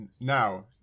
Now